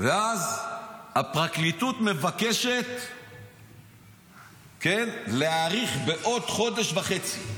ואז הפרקליטות מבקשת להאריך בעוד חודש וחצי.